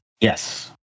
Yes